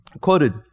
quoted